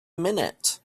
minute